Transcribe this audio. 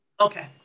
Okay